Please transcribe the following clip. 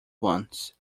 once